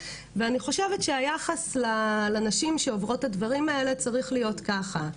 ואני חושבת שהיחס לנשים שעוברות את הדברים האלה צריך להיות ככה.